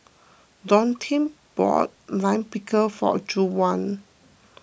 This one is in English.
Dontae bought Lime Pickle for Juwan